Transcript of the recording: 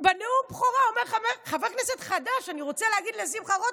בנאום הבכורה אומר חבר כנסת חדש: אני רוצה להגיד לשמחה רוטמן: